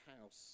house